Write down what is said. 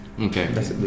Okay